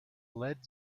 led